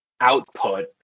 output